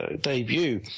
debut